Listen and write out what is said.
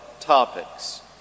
topics